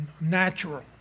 natural